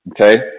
okay